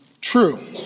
true